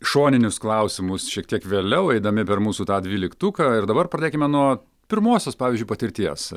šoninius klausimus šiek tiek vėliau eidami per mūsų tą dvyliktuką ir dabar pradėkime nuo pirmosios pavyzdžiui patirties